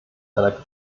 einer